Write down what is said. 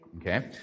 Okay